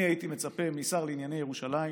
אני הייתי מצפה מהשר לענייני ירושלים